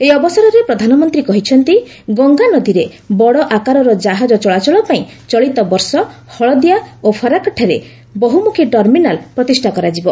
ଏହି ଅବସରରେ ପ୍ରଧାନମନ୍ତ୍ରୀ କହିଛନ୍ତି ଗଙ୍ଗାନଦୀରେ ବଡ଼ଆକାରର ଜାହାଜ ଚଳାଚଳ ପାଇଁ ଚଳିତବର୍ଷ ହଳଦିଆ ଏବଂ ଫର୍କାଠାରେ ବହୁମୁଖୀ ଟର୍ମିନାଲ୍ ପ୍ରତିଷ୍ଠା କରାଯିବ